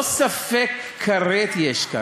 לא ספק כרת יש כאן,